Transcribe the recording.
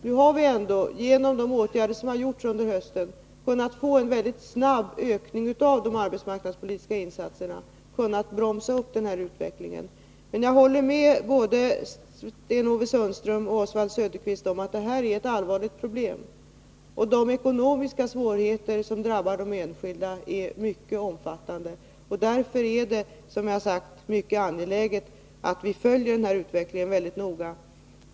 Nu har vi ändå genom de åtgärder som har gjorts under hösten kunnat få en väldigt snabb ökning av de arbetsmarknadspolitiska insatserna och kunnat bromsa upp denna utveckling. Men jag håller med både Sten-Ove Sundström att förhindra en ökad utförsäkring från arbetslöshetskassorna och Oswald Söderqvist om att det här är ett allvarligt problem. De ekonomiska svårigheter som drabbar de enskilda är mycket omfattande. Därför är det, som jag har sagt, mycket angeläget att vi följer utvecklingen väldigt noga.